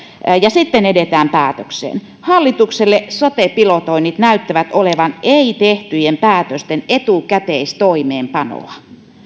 ja ja sitten edetään päätökseen hallitukselle sote pilotoinnit näyttävät olevan ei tehtyjen päätösten etukäteistoimeenpanoa